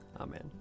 Amen